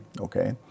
okay